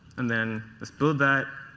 and then let's build that.